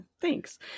thanks